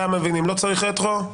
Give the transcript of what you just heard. לא צריך רטרו?